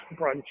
brunch